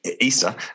Easter